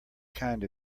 kind